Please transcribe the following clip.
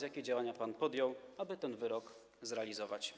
Jakie działania pan podjął, aby ten wyrok zrealizować?